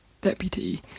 deputy